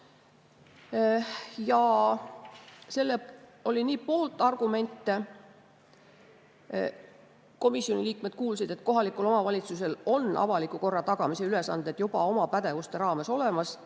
Sellel oli pooltargumente. Komisjoni liikmed kuulsid, et kohalikul omavalitsusel on avaliku korra tagamise ülesanded juba oma pädevuste raames olemas,